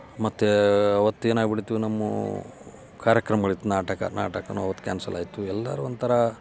ಮತ್ತು ಅವತ್ತು ಏನಾಗಿಬಿಡ್ತು ನಮ್ಮ ಕಾರ್ಯಕ್ರಮಗಳಿತ್ತು ನಾಟಕ ನಾಟಕವೂ ಅವತ್ತು ಕ್ಯಾನ್ಸಲ್ ಆಯಿತು ಎಲ್ಲರೂ ಒಂಥರ